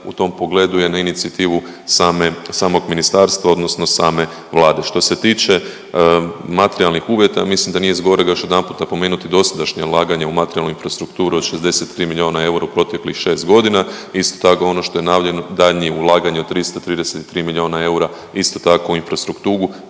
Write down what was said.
u tom pogledu je na inicijativu same, samog ministarstva odnosno same Vlade. Što se tiče materijalnih uvjeta ja mislim da nije zgorega još jedanput napomenuti dosadašnja ulaganja u materijalnu infrastrukturu od 63 miliona eura u proteklih 6 godina. Isto tako ono što je najavljeno daljnje ulaganje od 333 miliona eura isto tako u infrastrukturu